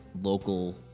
local